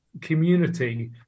community